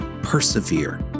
persevere